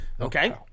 Okay